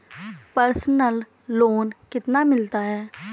Personal loan कितना मिलता है?